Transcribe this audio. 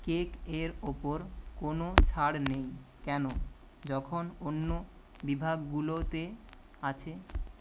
cake এর ওপর কোনও ছাড় নেই কেন যখন অন্য বিভাগগুলোতে আছে